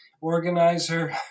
organizer